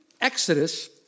Exodus